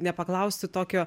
nepaklausti tokio